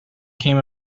came